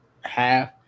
half